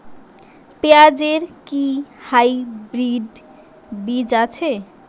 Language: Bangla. পেঁয়াজ এর কি হাইব্রিড বীজ হয়?